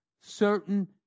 certain